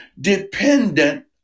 dependent